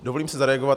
Dovolím si zareagovat.